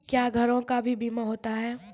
क्या घरों का भी बीमा होता हैं?